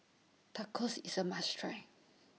Tacos IS A must Try